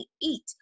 eat